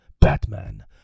Batman